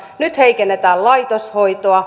nyt heikennetään laitoshoitoa